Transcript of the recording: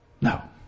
No